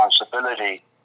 responsibility